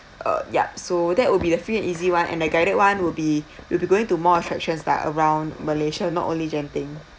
uh yup so that will be the free and easy one and the guided one will be going to more attractions like around malaysia not only genting